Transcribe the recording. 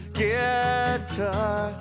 guitar